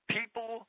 people